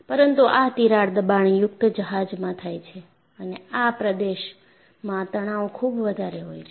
પરંતુ આ તિરાડ દબાણયુક્ત જહાજમાં થાય છે અને આ પ્રદેશમાં તણાવ ખૂબ વધારે હોય છે